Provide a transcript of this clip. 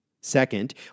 Second